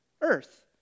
earth